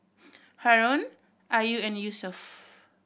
Haron Ayu and Yusuf